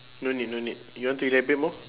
no need no need you want to elaborate more